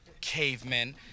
cavemen